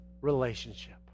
relationship